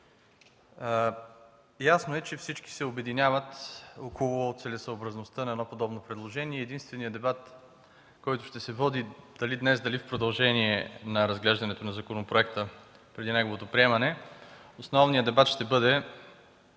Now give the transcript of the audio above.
Ясно е, че всички се обединяват около целесъобразността на подобно предложение и единственият, основният дебат, който ще се води дали днес, дали в продължение на разглеждането на законопроекта преди неговото приемане, ще бъде